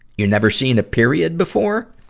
you never seen a period before!